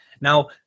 Now